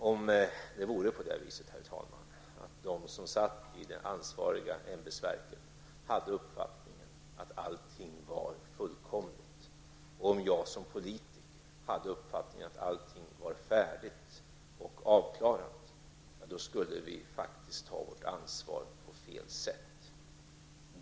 Om det vore på det viset, herr talman, att de som satt i det ansvariga ämbetsverket hade uppfattningen att allting var fullkomligt och om jag som politiker hade uppfattningen att allting var färdigt och avklarat, då skulle vi faktiskt ta vårt ansvar på fel sätt.